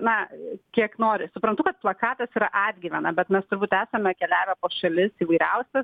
na kiek nori suprantu kad plakatas yra atgyvena bet mes turbūt esame keliavę po šalis įvairiausias